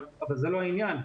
אבל זה לא העניין.